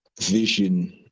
vision